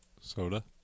Soda